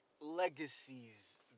legacies